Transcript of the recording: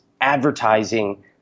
advertising